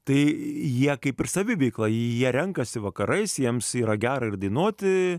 tai jie kaip ir saviveikla jie renkasi vakarais jiems yra gera ir dainuoti